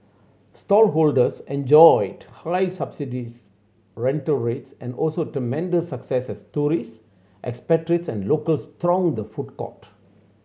stallholders enjoyed highly subsidised rental rates and also tremendous success as tourist expatriates and locals thronged the food centre